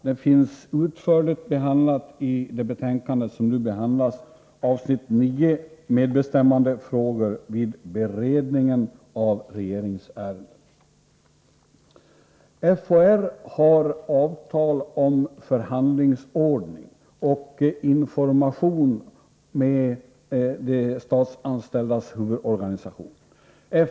Den finns utförligt behandlad i det betänkande som nu behandlas, avsnitt 9, Medbestämmandefrågor vid beredningen av regeringsärenden. FHR har träffat avtal om förhandlingsordning och information med de statsanställdas huvudorganisation.